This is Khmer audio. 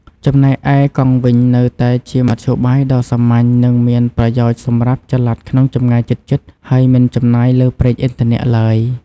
ចំណែកឯកង់វិញ នៅតែជាមធ្យោបាយដ៏សាមញ្ញ និងមានប្រយោជន៍សម្រាប់ចល័តក្នុងចម្ងាយជិតៗ ហើយមិនចំណាយលើប្រេងឥន្ធនៈឡើយ។